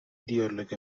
دیالوگ